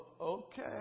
okay